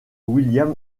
william